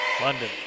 London